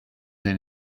then